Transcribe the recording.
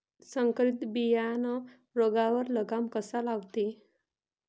संकरीत बियानं रोगावर लगाम कसा लावते?